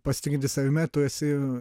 pasitikintis savimi tu esi